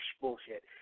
Bullshit